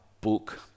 book